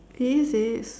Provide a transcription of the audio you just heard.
it is it is